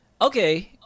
Okay